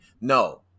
No